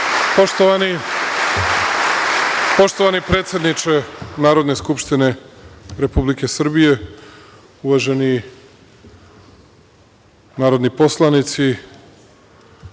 Poštovani predsedniče Narodne skupštine Republike Srbije, uvaženi narodni poslanici,